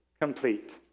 complete